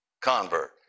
convert